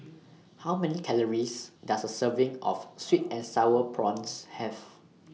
How Many Calories Does A Serving of Sweet and Sour Prawns Have